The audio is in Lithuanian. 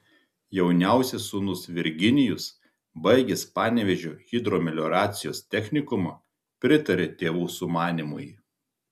jauniausias sūnus virginijus baigęs panevėžio hidromelioracijos technikumą pritarė tėvų sumanymui